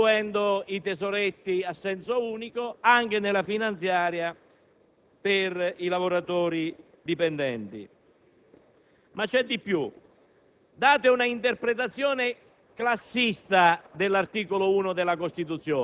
sosteniamo che, se il reddito di un lavoratore autonomo e di un lavoratore dipendente è lo stesso, lo Stato li deve trattare fiscalmente allo stesso modo. Invece, voi privilegiate la vostra base elettorale,